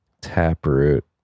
Taproot